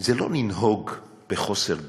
זה לא לנהוג בחוסר דעת,